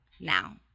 now